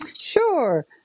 Sure